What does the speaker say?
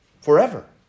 forever